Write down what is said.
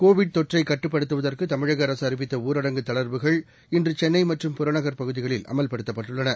Covid தொற்றைக் கட்டுப்படுத்துவதற்குதமிழகஅரசுஅறிவித்தஊரடங்கு தளர்வுகள் இன்றுசென்னைமற்றும் புறநகர்ப் பகுதிகளில் அமல்படுத்தப்பட்டுள்ளன